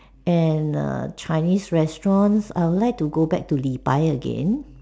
and err Chinese restaurant I would like to go back to Li-Bai again